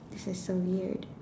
this is so weird